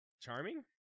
Charming